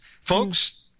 Folks